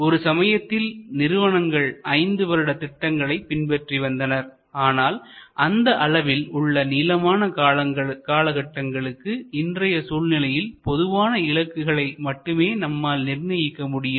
ஒரு சமயத்தில் நிறுவனங்கள் 5 வருட திட்டங்களை பின்பற்றி வந்தனர் ஆனால் அந்த அளவில் உள்ள நீளமான காலகட்டங்களுக்கு இன்றைய சூழ்நிலையில் பொதுவான இலக்குகளை மட்டுமே நம்மால் நிர்ணயிக்க முடியும்